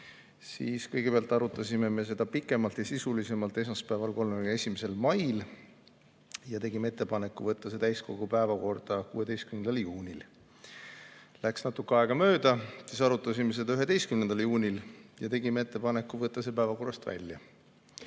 pääse. Kõigepealt me arutasime eelnõu pikemalt ja sisulisemalt esmaspäeval, 31. mail ja tegime ettepaneku võtta see täiskogu päevakorda 16. juunil. Läks natuke aega mööda, siis arutasime seda 11. juunil ja tegime ettepaneku võtta see päevakorrast välja.